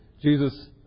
Jesus